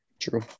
true